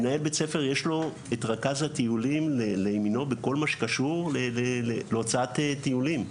מנהל בית ספר יש לו את רכז הטיולים לימינו בכל מה שקשור להוצאת טיולים.